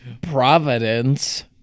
Providence